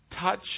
touch